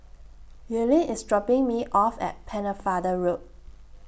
Earlean IS dropping Me off At Pennefather Road